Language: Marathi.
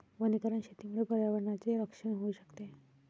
वनीकरण शेतीमुळे पर्यावरणाचे रक्षण होऊ शकते